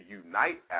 unite